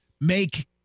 make